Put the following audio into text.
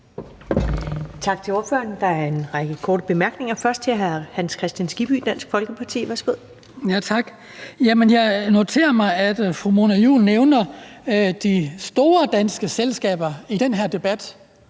Tak til ordføreren. Der er en række korte bemærkninger. Først er det hr. Hans Kristian Skibby, Dansk Folkeparti. Værsgo. Kl. 19:12 Hans Kristian Skibby (DF): Tak. Jeg noterer mig, at fru Mona Juul nævner de store danske selskaber i den her debat.